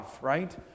right